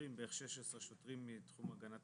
מאז גלדנו.